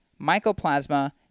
mycoplasma